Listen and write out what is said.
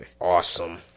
awesome